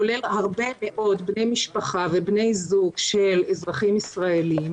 כולל הרבה מאוד בני משפחה ובני זוג של אזרחים ישראלים,